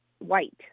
white